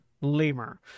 Lemur